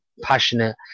passionate